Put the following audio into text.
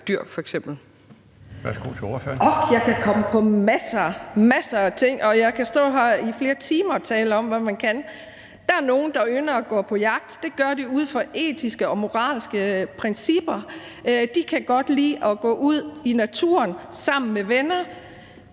Hansen (M): Jeg kan komme på masser – masser – af ting; jeg kan stå her i flere timer og tale om, hvad man kan. Der er nogen, der ynder at gå på jagt. Det gør de ud fra etiske og moralske principper. De kan godt lide at gå ud i naturen sammen med venner,